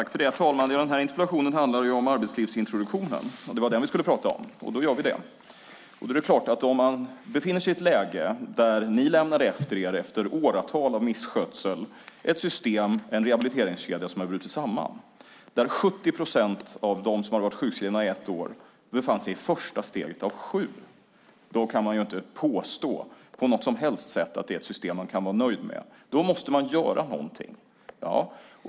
Herr talman! Den här interpellationen handlar om arbetslivsintroduktionen. Det var den vi skulle prata om. Då gör vi det. Ni lämnade efter er, efter åratal av misskötsel, ett system och en rehabiliteringskedja som hade brutit samman. 70 procent av dem som hade varit sjukskrivna i ett år befann sig i första steget av sju. Då kan man inte på något sätt påstå att det är ett system man kan vara nöjd med. Då måste man göra någonting.